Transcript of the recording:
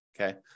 okay